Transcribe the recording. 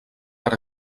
per